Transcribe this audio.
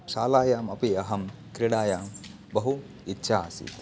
शालायाम् अपि अहं क्रीडायां बहु इच्छा आसीत्